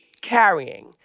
Carrying